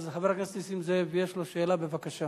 אז חבר הכנסת נסים זאב יש לו שאלה, בבקשה.